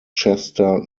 chester